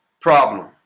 problem